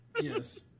Yes